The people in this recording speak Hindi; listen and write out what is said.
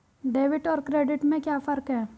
डेबिट और क्रेडिट में क्या फर्क है?